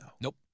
Nope